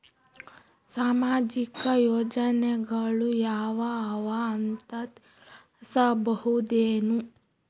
ಸಾಮಾಜಿಕ ಯೋಜನೆಗಳು ಯಾವ ಅವ ಅಂತ ತಿಳಸಬಹುದೇನು?